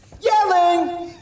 Yelling